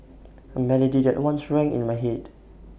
A melody that once rang in my Head